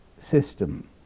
system